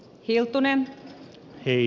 hiltunen ei